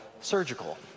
surgical